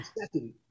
second